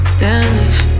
damage